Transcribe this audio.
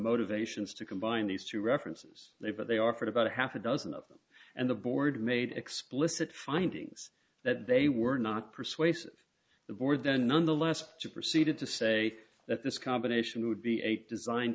motivations to combine these two references they but they offered about a half a dozen of them and the board made explicit findings that they were not persuasive the board then on the last two proceeded to say that this combination would be eight design